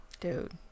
Dude